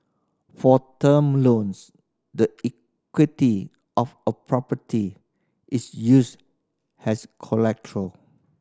for term loans the equity of a property is used as